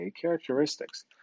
characteristics